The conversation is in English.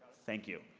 thank you.